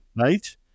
right